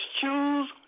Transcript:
choose